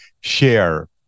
share